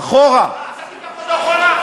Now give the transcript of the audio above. בפעם הראשונה.